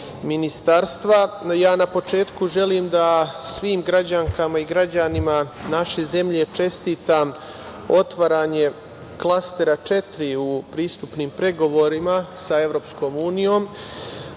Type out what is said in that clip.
ministarstva, na početku želim da svim građankama i građanima naše zemlje čestitam otvaranje klastera 4. u pristupnim pregovorima sa EU, a